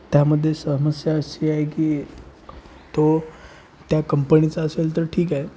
त्यामध्ये समस्या अशी आहे की तो त्या कंपणीचा असेल तर ठीक आहे